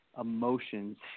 emotions